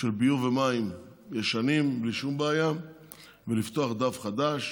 ישנים של ביוב ומים בלי שום בעיה ולפתוח דף חדש.